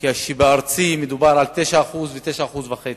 כשבארצי מדובר על 9% ו-9.5%.